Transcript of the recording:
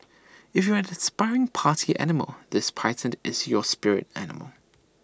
if you are the aspiring party animal this python is your spirit animal